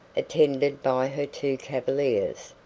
attended by her two cavaliers,